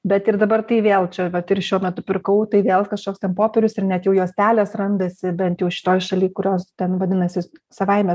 bet ir dabar tai vėl čia vat ir šiuo metu pirkau tai vėl kažkoks ten popierius ir net jau juostelės randasi bent jau šitoj šaly kurios ten vadinasi savaime